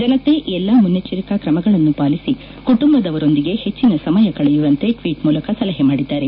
ಜನತೆ ಎಲ್ಲಾ ಮುನ್ನೆಚ್ಚರಿಕಾ ಕ್ರಮಗಳನ್ನು ಪಾಲಿಸಿ ಕುಟುಂಬದವರೊಂದಿಗೆ ಹೆಚ್ಚಿನ ಸಮಯ ಕಳೆಯುವಂತೆ ಟ್ವೀಟ್ ಮೂಲಕ ಸಲಹೆ ಮಾಡಿದ್ದಾರೆ